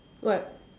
what